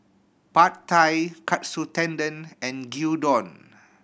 Pad Thai Katsu Tendon and Gyudon